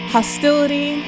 Hostility